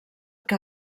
que